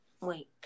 Wait